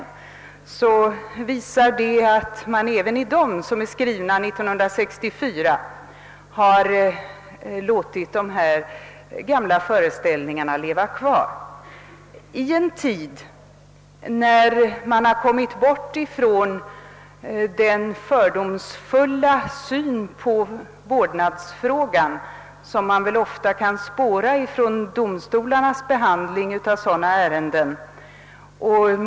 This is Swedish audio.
Detta visar att man i direktiven — som är skrivna 1964 — har låtit de gamla föreställningarna leva kvar i en tid när vi kommit bort från den fördomsfulla syn på vårdnadsfrågan som kan spåras i domstolarnas behandling av hithörande ärenden.